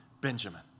Benjamin